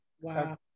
Wow